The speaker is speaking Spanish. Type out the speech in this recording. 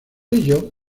ello